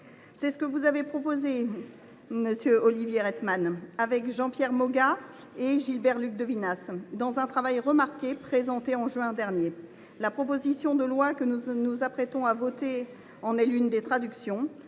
C’est ce que vous avez proposé, monsieur Rietmann, avec Jean Pierre Moga et Gilbert Luc Devinaz, dans un travail remarqué, présenté en juin dernier. La proposition de loi que nous nous apprêtons à adopter en est l’une des traductions.